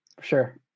Sure